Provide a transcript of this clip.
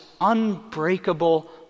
unbreakable